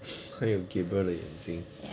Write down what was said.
还有 gabriel 的眼睛